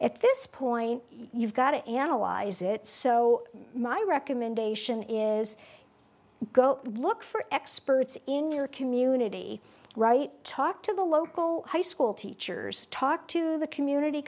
at this point you've got to analyze it so my recommendation is go look for experts in your community right talk to the local high school teachers talk to the community